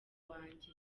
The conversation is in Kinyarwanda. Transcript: wanjye